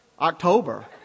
October